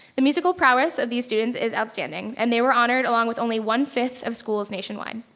the musical prowess of these students is outstanding and they were honored along with only one-fifth of schools nationwide.